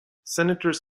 senators